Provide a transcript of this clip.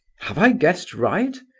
have i guessed right?